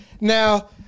now